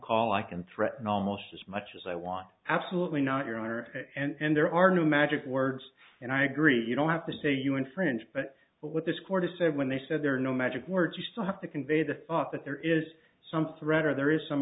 call i can threaten almost as much as i want absolutely not your honor and there are no magic words and i agree you don't have to say you infringe but what this court has said when they said there are no magic words you still have to convey the thought that there is some threat or there is some